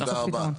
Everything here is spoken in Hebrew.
תודה רבה.